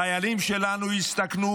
חיילים שלנו הסתכנו,